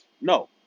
No